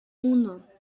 uno